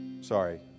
Sorry